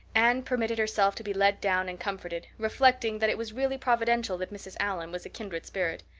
anne permitted herself to be led down and comforted, reflecting that it was really providential that mrs. allan was a kindred spirit.